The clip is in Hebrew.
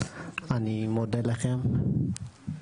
אני מודה לכם,